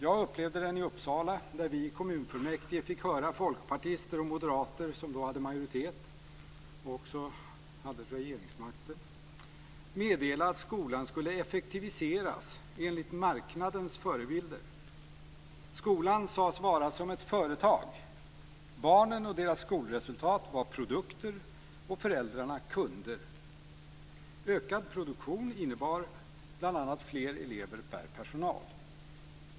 Jag upplevde den i Uppsala, där vi i kommunfullmäktige fick höra folkpartister och moderater, som då hade majoritet och även regeringsmakten, meddela att skolan skulle effektiviseras enligt marknadens förebild. Skolan sades vara som ett företag. Barnen och deras skolresultat var "produkter" och föräldrarna "kunder". "Ökad produktion" innebar bl.a. fler elever per anställd.